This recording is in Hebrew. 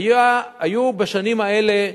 היו בשנים האלה: